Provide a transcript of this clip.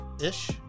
ish